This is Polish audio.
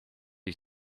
ich